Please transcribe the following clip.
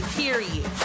period